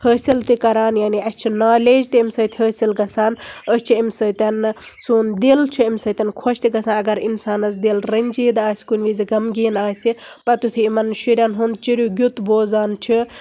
حٲصل تہِ کران یعنے أسۍ چھِ نالیج تہِ امہِ سۭتۍ حٲصل گژھان أسۍ چھِ امہِ سۭتۍ سون دِل چھُ امہِ سۭتۍ خۄش تہِ گژھان اگر اِنسانس دِل رنجیٖدٕ آسہِ غمگیٖن آسہِ پتہٕ یِتھُے یِمن شُرٮ۪ن ہنٛد چِریوگۄت بۄزان چھِ